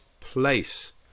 place